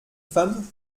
femmes